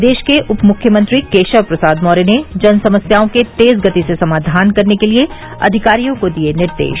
प्रदेश के उप मुख्यमंत्री केशव प्रसाद मौर्य ने जन समस्याओं के तेज गति से समाधान करने के लिये अधिकारियों को दिये निर्देश